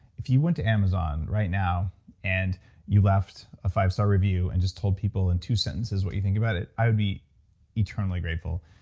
if you went to amazon right now and you left a five star review and just told people in two sentences what you think about it, i would be eternally grateful.